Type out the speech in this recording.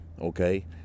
okay